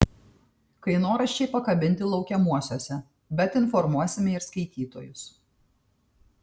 kainoraščiai pakabinti laukiamuosiuose bet informuosime ir skaitytojus